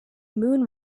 moon